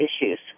issues